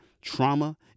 trauma